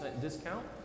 discount